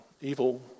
evil